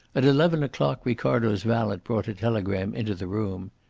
at eleven o'clock ricardo's valet brought a telegram into the room.